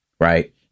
right